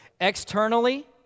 Externally